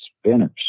spinners